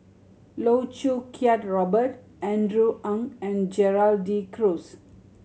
Loh Choo Kiat Robert Andrew Ang and Gerald De Cruz